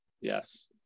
Yes